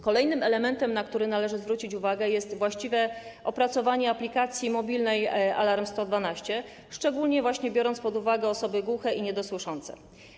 Kolejnym elementem, na który należy zwrócić uwagę, jest właściwe opracowanie aplikacji mobilnej Alarm112, szczególnie biorąc pod uwagę osoby głuche i niedosłyszące.